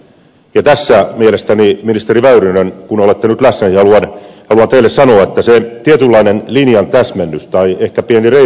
ja tässä mielestäni ministeri väyrynen kun olette nyt läsnä haluan teille sanoa että se tietynlainen linjan täsmennys tai ehkä pieni reivauskin on ollut kyllä paikallaan